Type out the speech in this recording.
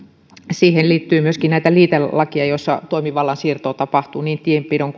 siihen liittyy myöskin näitä liitelakeja joissa toimivallan siirtoa tapahtuu niin tienpidon